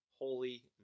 holy